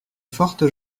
fortes